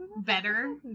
better